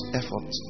effort